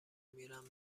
میرم